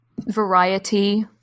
variety